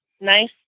nice